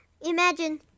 imagine